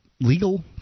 legal